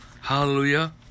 Hallelujah